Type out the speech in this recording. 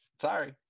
Sorry